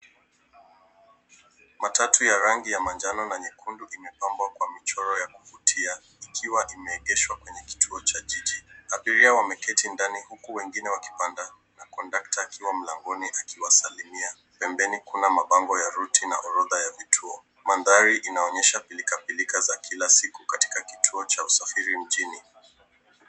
Matatu ya rangi ya manjano na nyekundu imepambwa kwa michoro ya kuvutia ikiwa imeegeshwa kwenye kituo cha jiji. Abiria wameketi ndani huku wengine wakipanda na kondakta akiwa mlangoni akiwasalimia. Pembeni kuna mabango ya route na orodha ya vituo. Mandhari inaonyesha pilkapilka za kila siku katika kituo cha usafiri mjini.